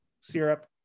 syrup